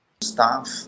staff